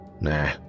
Nah